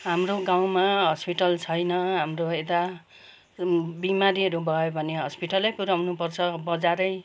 हाम्रो गाउँमा हस्पिटल छैन हाम्रो यता बिमारीहरू भयो भने हस्पिटलै पुऱ्याउनु पर्छ बजारै